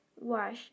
wash